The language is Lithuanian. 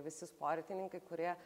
visi sportininkai kurie